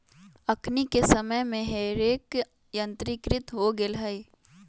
अखनि के समय में हे रेक यंत्रीकृत हो गेल हइ